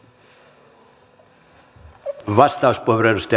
arvoisa puhemies